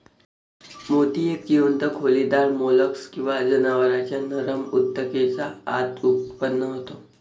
मोती एक जीवंत खोलीदार मोल्स्क किंवा जनावरांच्या नरम ऊतकेच्या आत उत्पन्न होतो